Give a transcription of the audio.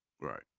Right